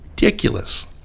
Ridiculous